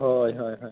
ᱦᱳᱭ ᱦᱳᱭ ᱦᱳᱭ